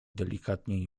delikatnie